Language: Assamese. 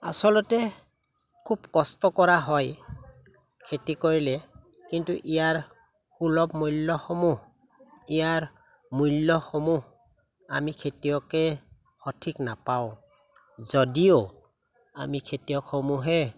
আচলতে খুব কষ্ট কৰা হয় খেতি কৰিলে কিন্তু ইয়াৰ সুলভ মূল্যসমূহ ইয়াৰ মূল্যসমূহ আমি খেতিয়কে সঠিক নাপাওঁ যদিও আমি খেতিয়কসমূহে